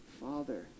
father